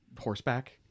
horseback